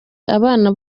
abana